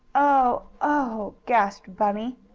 oh oh! gasped bunny.